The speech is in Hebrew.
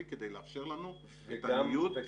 כדי לאפשר לנו את הניוד צפונה ודרומה.